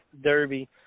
Derby